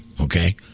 okay